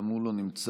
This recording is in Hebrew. גם הוא לא נמצא,